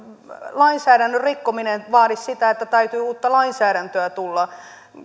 lainsäädännön rikkominen vaadi sitä että täytyy uutta lainsäädäntöä tulla